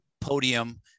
podium